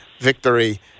victory